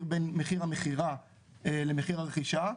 ההפרש בין מחיר המכירה למחיר הרכישה,